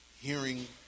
hearing